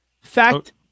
Fact